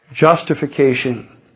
justification